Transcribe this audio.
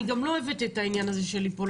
אני גם לא אוהבת את העניין הזה של ליפול